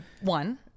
One